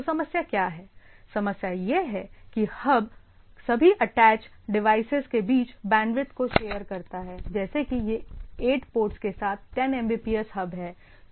तो समस्या क्या है समस्या यह है कि हब सभी अटैच डिवाइसेज के बीच बैंडविड्थ को शेयर करता है जैसे कि यह 8 पोर्ट्स के साथ 10 एमबीपीएस हब है